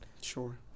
sure